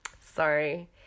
Sorry